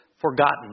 forgotten